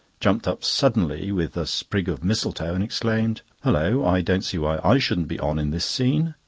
jumped up suddenly with a sprig of misletoe, and exclaimed hulloh! i don't see why i shouldn't be on in this scene.